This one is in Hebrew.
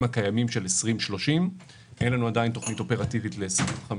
הקיימים של 2030. אין לנו עדיין תוכנית אופרטיבית ל-2050.